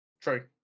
True